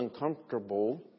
uncomfortable